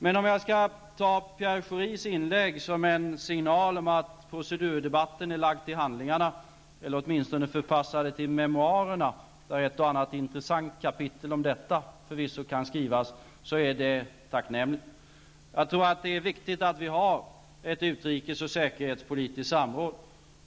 Men om jag kan ta Pierre Schoris inlägg som en signal om att procedurdebatten är lagd till handlingarna -- eller åtminstone förpassad till memoarerna, där ett och annat intressant kapitel om saken förvisso kan skrivas -- så är det tacknämligt. Jag anser att det är viktigt att vi har ett utrikes och säkerhetspolitiskt samråd.